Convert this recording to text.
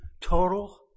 total